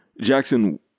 Jackson